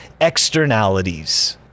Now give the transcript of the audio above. Externalities